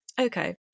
Okay